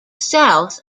south